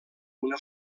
una